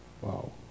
Wow